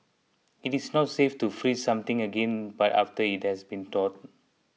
it is not safe to freeze something again but after it has been thawed